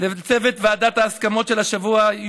לצוות ועדת ההסכמות של השבוע,